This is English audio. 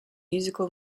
musical